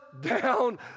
down